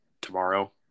tomorrow